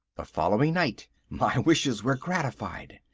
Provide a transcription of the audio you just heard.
the following night my wishes were gratified.